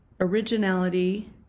originality